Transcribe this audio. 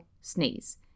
sneeze